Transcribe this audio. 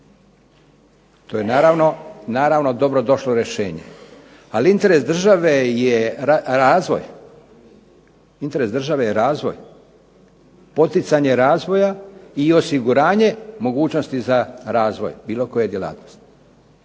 To je naravno dobro došlo rješenje ali interes države je razvoj, poticanje razvoja i osiguranje mogućnosti za razvoj bilo koje djelatnosti.